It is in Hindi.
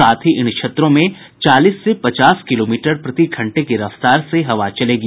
साथ ही इन क्षेत्रों में चालीस से पचास किलोमीटर प्रति घंटे की रफ्तार से हवा चलेगी